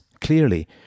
clearly